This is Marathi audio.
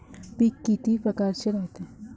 पिकं किती परकारचे रायते?